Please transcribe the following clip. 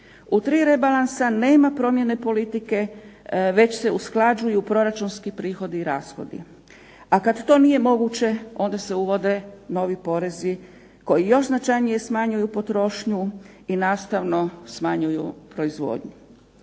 U tri rebalansa nema promjene politike već se usklađuju proračunski prihodi i rashodi, a kad to nije moguće onda se uvode novi porezi koji još značajnije smanjuj potrošnju i nastavno smanjuju proizvodnju.